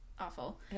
awful